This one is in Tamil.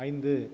ஐந்து